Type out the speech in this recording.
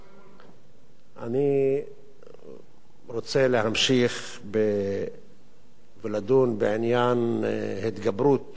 אני רוצה להמשיך ולדון בעניין התגברות